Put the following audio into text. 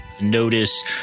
notice